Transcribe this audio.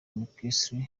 mckinstry